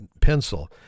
pencil